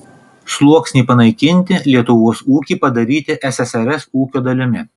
sluoksnį panaikinti lietuvos ūkį padaryti ssrs ūkio dalimi